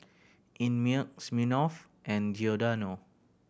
Einmilk Smirnoff and Giordano